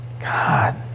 God